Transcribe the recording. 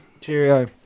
Cheerio